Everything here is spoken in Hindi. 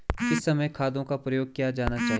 किस समय खादों का प्रयोग किया जाना चाहिए?